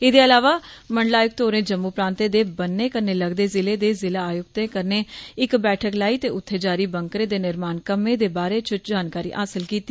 एह्दे इलावा मंडलायुक्त होरें जम्मू प्रांतै दे ब'न्ने कन्नै लगदे ज़िले दे ज़िला आयुक्तें कन्नै बी इक बैठक लाई ते उत्थे जारी बंकरें दे निर्माण कम्मे दे बारै च जानकारी हासल कीती